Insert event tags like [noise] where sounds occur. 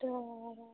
[unintelligible]